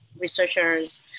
researchers